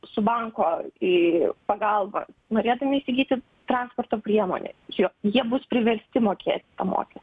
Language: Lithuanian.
su banko pagalba norėdami įsigyti transporto priemonę jie bus privesti mokėti tą mokestį